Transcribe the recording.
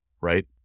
right